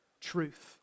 truth